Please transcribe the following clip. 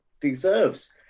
deserves